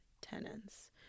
tenants